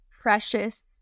precious